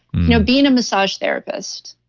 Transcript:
you know being a massage therapist.